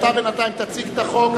בינתיים תציג את החוק,